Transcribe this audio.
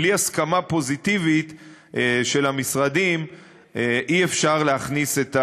בלי הסכמה פוזיטיבית של המשרדים אי-אפשר להכניס,